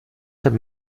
nimmt